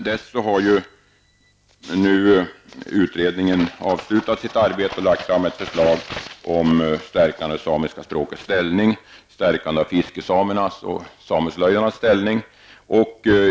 Nu har utredningen avslutat sitt arbete och lagt fram ett förslag om en stärkning av det samiska språkets ställning samt fiskesamernas och sameslöjdarnas ställning.